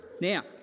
Now